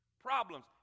problems